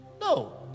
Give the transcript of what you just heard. no